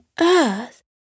earth